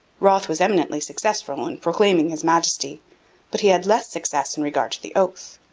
wroth was eminently successful in proclaiming his majesty but he had less success in regard to the oath.